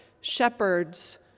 shepherds